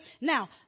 Now